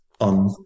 on